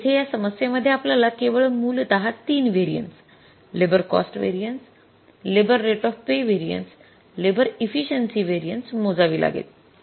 येथे या समस्येमध्ये आपल्याला केवळ मूलत ३ variances labour cost variance labour rate of pay variance labour efficiency variance मोजावी लागेल